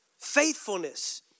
Faithfulness